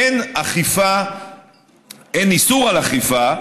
אין איסור אכיפה,